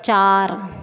चार